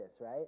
right